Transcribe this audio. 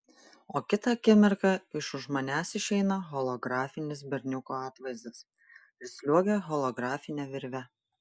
o kitą akimirką iš už manęs išeina holografinis berniuko atvaizdas ir sliuogia holografine virve